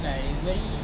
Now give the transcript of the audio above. like very